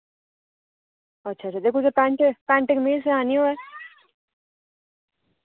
अच्छा अच्छा ते कुसै पेैंट पैंट कमीज सेआनी होऐ